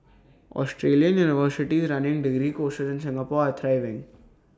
Australian universities running degree courses in Singapore are thriving